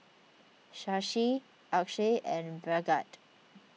Shashi Akshay and Bhagat